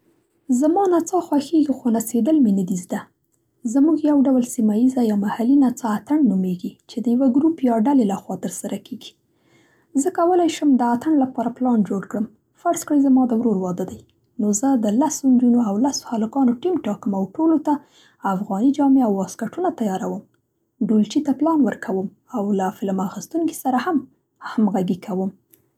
زما نڅا خوښېږي خو نڅېدل مې نه دي زده. زموږ یو ډول سیمه یزه یا محلي نڅا اتڼ نومېږي چې د یوه ګروپ یا ډلې له خوا تر سره کېږي. زه کولی شم د اتڼ لپاره پلان جوړ کړم. فرض کړئ زما د ورور واده دی، نو زه د لسو نجونو او لسو هلکانو ټیم ټاکم او ټولو ته افغاني جامې او واسکټونه تیاروم. ډولچي ته پلان ورکوم او له فلم اخیستونکي سره هم همغږي کوم.